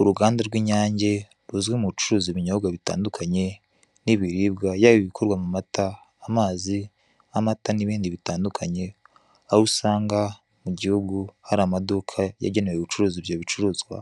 Uruganda rw'inyange ruzwi mu gucuruza ibinyobwa bitandukanye, n'ibiribwa, yaba ibikorwa mu mata, amazi, amata n'ibindi bitandukanye; aho usanga mu gihugu hari amaduka yagenewe gucuruza ibyo bicuruzwa,